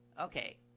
Okay